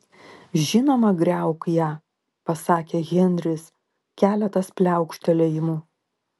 žinoma griauk ją pasakė henris keletas pliaukštelėjimų